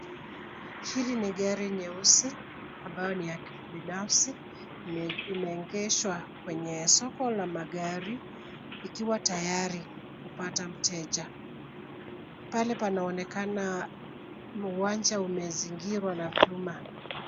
Hii ni gari nyeusi ambayo ni ya kibinafsi imeegeshwa kwenye soko la magari ikiwa tayari kupata mteja. Pale panaonekana uwanja umezingirwa na chuma.